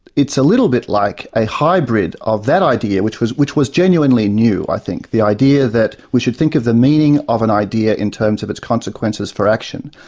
it's a little bit like a hybrid of that idea, which was which was genuinely new, i think, the idea that we should think of the meaning of an idea in terms of its consequences for action.